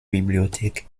bibliothek